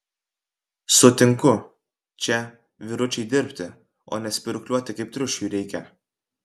sutinku čia vyručiai dirbti o ne spyruokliuoti kaip triušiui reikia